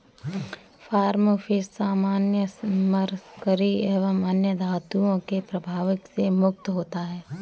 farm fish सामान्यतः mercury एवं अन्य धातुओं के प्रभाव से मुक्त होता है